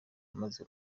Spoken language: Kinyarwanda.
maze